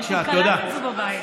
יש לי כלה כזאת בבית.